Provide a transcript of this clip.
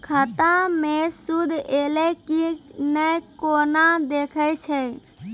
खाता मे सूद एलय की ने कोना देखय छै?